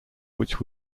which